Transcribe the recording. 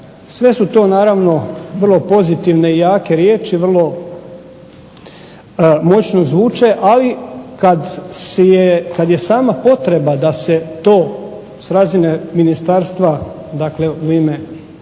Sve su to naravno vrlo pozitivne i jake riječi, vrlo moćno zvuče, ali kad je sama potreba da se to s razine ministarstva, dakle u ime,